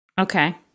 Okay